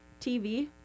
TV